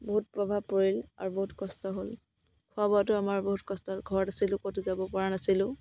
বহুত প্ৰভাৱ পৰিল আৰু বহুত কষ্ট হ'ল খোৱা বোৱাটো আমাৰ বহুত কষ্ট হ'ল ঘৰত আছিলোঁ ক'তো যাব পৰা নাছিলোঁ